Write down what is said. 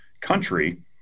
country